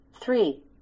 Three